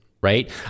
right